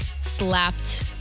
slapped